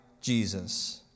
Jesus